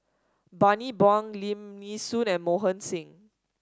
Bani Buang Lim Nee Soon and Mohan Singh